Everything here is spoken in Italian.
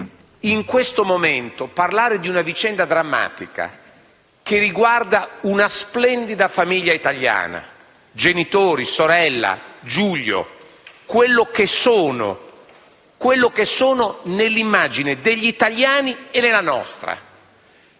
In questo momento parliamo di una vicenda drammatica che riguarda una splendida famiglia italiana - i genitori, la sorella e Giulio - e di quello che sono nell'immagine degli italiani e nella nostra,